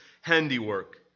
handiwork